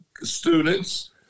students